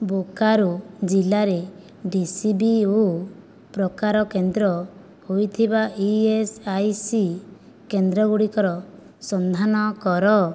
ବୋକାରୋ ଜିଲ୍ଲାରେ D C B ଓ ପ୍ରକାର କେନ୍ଦ୍ର ହୋଇଥିବା ଇ ଏସ୍ ଆଇ ସି କେନ୍ଦ୍ର ଗୁଡ଼ିକର ସନ୍ଧାନ କର